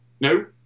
No